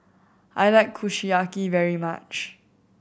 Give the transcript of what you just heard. I like Kushiyaki very much